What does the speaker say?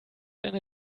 eine